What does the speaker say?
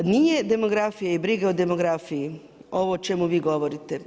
Nije demografija i briga o demografiji ovo o čemu vi govorite.